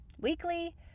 weekly